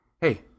Hey